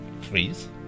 freeze